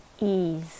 Ease